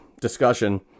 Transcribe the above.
discussion